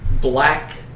black